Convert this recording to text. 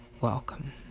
Welcome